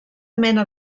mena